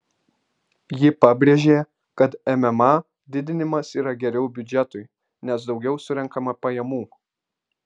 ji pabrėžė kad mma didinimas yra geriau biudžetui nes daugiau surenkama pajamų